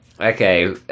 okay